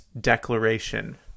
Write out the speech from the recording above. declaration